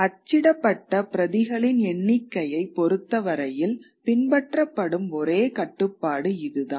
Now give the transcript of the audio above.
அச்சிடப்பட்ட பிரதிகளின் எண்ணிக்கையைப் பொறுத்தவரையில் பின்பற்றப்படும் ஒரே கட்டுப்பாடு இதுதான்